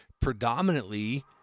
predominantly